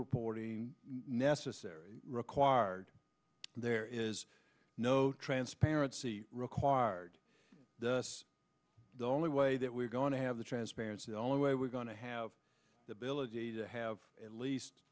reporting necessary required there is no transparency required does the only way that we're going to have the transparency the only way we're going to have the ability to have at